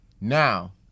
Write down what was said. Now